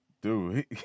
dude